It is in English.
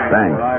Thanks